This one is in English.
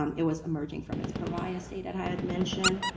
um it was emerging from its pariah state that i had mentioned,